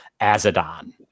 Azadon